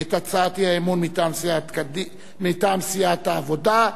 את הצעת האי-אמון מטעם סיעת העבודה.